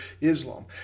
Islam